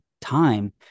time